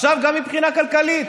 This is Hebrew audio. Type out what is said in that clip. עכשיו גם מבחינה כלכלית